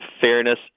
fairness